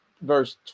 verse